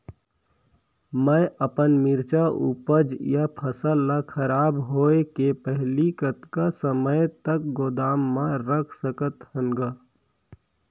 मैं अपन मिरचा ऊपज या फसल ला खराब होय के पहेली कतका समय तक गोदाम म रख सकथ हान ग?